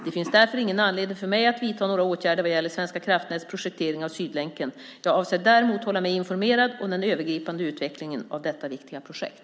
Det finns därför ingen anledning för mig att vidta några åtgärder vad gäller Svenska kraftnäts projektering av Sydlänken. Jag avser däremot att hålla mig informerad om den övergripande utvecklingen av detta viktiga projekt.